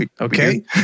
Okay